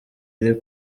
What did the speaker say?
iri